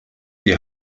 die